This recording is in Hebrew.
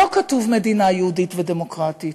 לא כתוב "מדינה יהודית ודמוקרטית".